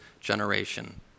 generation